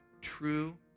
true